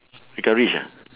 become rich ah